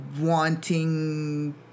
wanting